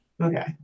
okay